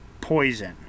poison